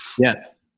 Yes